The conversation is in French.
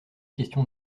question